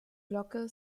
glocke